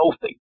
healthy